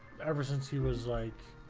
ever since she was like